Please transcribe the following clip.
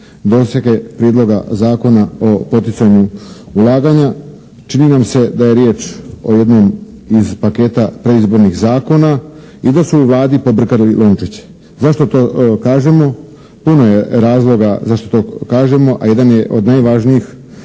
dosege Prijedloga zakona o poticanju ulaganja. Čini nam se da je riječ o jednom iz paketa predizbornih zakona i da su u Vladi pobrkali lončiće. Zašto to kažemo? Puno je razloga zašto to kažemo a jedan je od najvažnijih